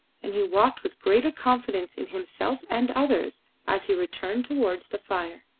and he walked with greater confidence in himself and others as he returned towards the fire.